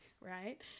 right